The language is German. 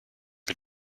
mit